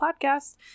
podcast